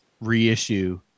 reissue